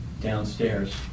downstairs